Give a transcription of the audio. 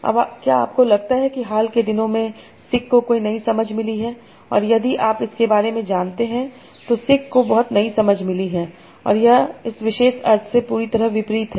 अब क्या आपको लगता है कि हाल के दिनों में सिक को कोई नई समझ मिली है और यदि आप इसके बारे में सोचते हैं तो सिक को बहुत नई समझ मिली है और यह इस विशेष अर्थ से पूरी तरह विपरीत है